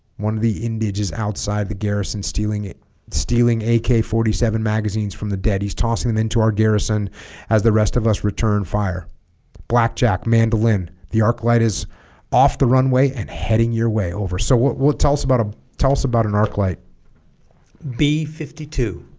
one of the indiges outside the garrison stealing it stealing ak forty seven magazines from the dead he's tossing them into our garrison as the rest of us return fire blackjack mandolin the arclight is off the runway and heading your way over so what what tell us about a tell us about an arclight b fifty two